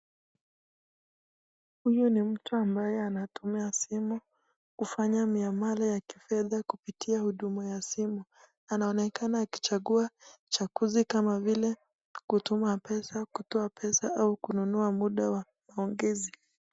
Huyu ni mtu ambaye anatumia simu kufanya miamali ya kifedha kupitia huduma ya kisimu .Anaonekana akichagua chaguzi kama vile kutuma pesa, kutoa pesa au kununua muda wa maongezi.